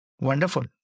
Wonderful